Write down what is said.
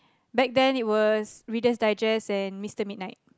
back then it was Reader's Digest and Mister Midnight